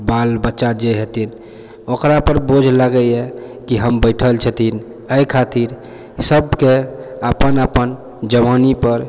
बाल बच्चा जे हेथिन ओकरापर बोझ लागै यऽ कि हम बैठल छथिन अइ खातिर सबके अपन अपन जवानीपर